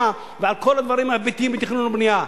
ועל כל הדברים ההיבטיים בתכנון ובנייה.